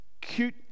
cute